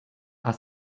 are